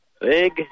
Big